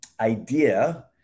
idea